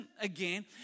again